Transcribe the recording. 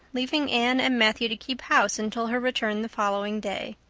leaving anne and matthew to keep house until her return the following day.